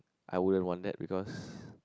I wouldn't want that because